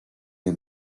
nie